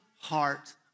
heart